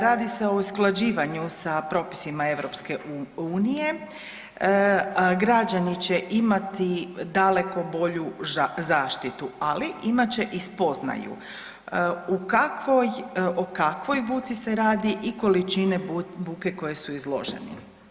Radi se o usklađivanju sa propisima EU-e, građani će imati daleko bolju zaštitu, ali imat će i spoznaju u kakvoj, o kakvoj buci se radi i količine buke kojoj su izloženi.